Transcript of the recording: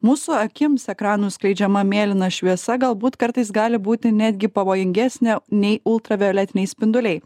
mūsų akims ekranų skleidžiama mėlyna šviesa galbūt kartais gali būti netgi pavojingesnė nei ultravioletiniai spinduliai